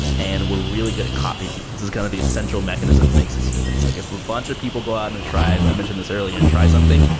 and were really good at copying. this is kind of the essential mechanism that makes us humans. like if a bunch of people go out in a tribe, i mentioned this earlier, and try something?